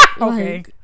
Okay